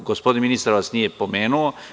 Gospodin ministar vas nije pomenuo.